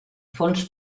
fons